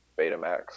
Betamax